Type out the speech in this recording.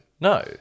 No